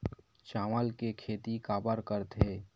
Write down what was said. चावल के खेती काबर करथे?